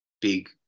big